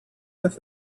with